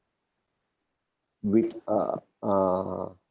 with uh uh